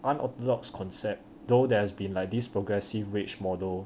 unorthodox concept though there has been like these progressive wage model